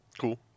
Cool